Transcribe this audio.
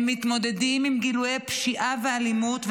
הם מתמודדים עם גילויי פשיעה ואלימות,